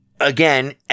again